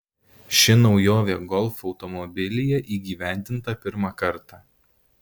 ši naujovė golf automobilyje įgyvendinta pirmą kartą